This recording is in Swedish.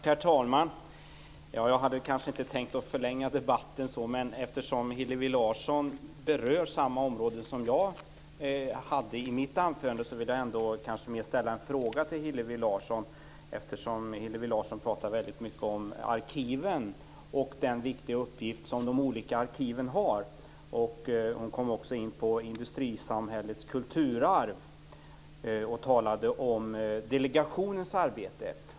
Herr talman! Jag hade inte tänkt att förlänga debatten, men eftersom Hillevi Larsson berör samma område som jag tog upp i mitt anförande vill jag ändå ställa en fråga till henne. Hon pratar väldigt mycket om arkiven och den viktiga uppgift som de olika arkiven har. Hon kom också in på industrisamhällets kulturarv och talade om delegationens arbete.